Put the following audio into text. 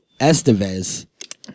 Estevez